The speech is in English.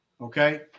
Okay